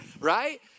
Right